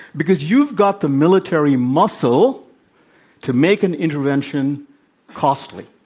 because you've got the military muscle to make an intervention costly.